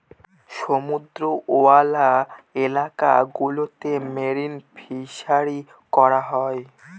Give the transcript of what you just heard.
সমুদ্রওয়ালা এলাকা গুলোতে মেরিন ফিসারী করা হয়